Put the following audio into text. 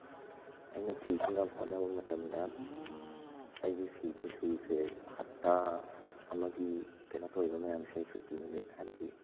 ꯑꯩꯅ ꯐꯤ ꯁꯨꯅꯕ ꯍꯣꯠꯅꯕ ꯃꯇꯝꯗ ꯑꯩꯒꯤ ꯐꯤ ꯈꯨꯁꯨꯁꯦ ꯍꯥꯞꯇ ꯑꯃꯒꯤ ꯀꯩꯅꯣ ꯇꯧꯔꯤꯕ ꯃꯌꯥꯝꯁꯤ ꯁꯨꯇꯤ ꯅꯨꯃꯤꯠ ꯍꯥꯏꯕꯗꯤ